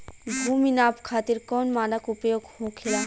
भूमि नाप खातिर कौन मानक उपयोग होखेला?